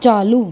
चालू